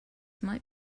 might